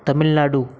Tamil Nadu